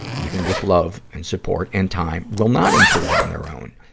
even with love and support and time, will not improve on their own.